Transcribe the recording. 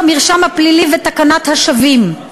חוק המרשם הפלילי ותקנת השבים.